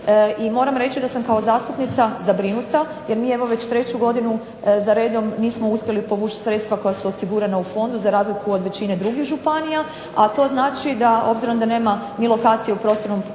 i moram reći da sam kao zastupnica zabrinut jer mi evo treću godinu za redom nismo uspjeli povući sredstva koja su osigurana u fondu za razliku od većine županija, a to znači da obzirom da nema ni lokacije u prostornom